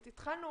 התחלנו